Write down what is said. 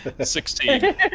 Sixteen